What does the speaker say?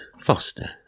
Foster